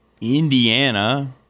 Indiana